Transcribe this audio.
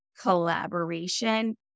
collaboration